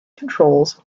controls